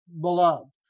beloved